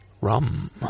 Rum